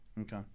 Okay